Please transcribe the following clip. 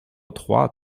trois